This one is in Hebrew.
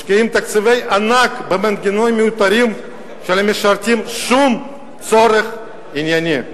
משקיעים תקציבי ענק במנגנונים מיותרים שלא משרתים שום צורך ענייני",